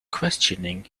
questioning